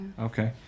okay